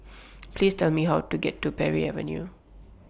Please Tell Me How to get to Parry Avenue